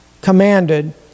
Commanded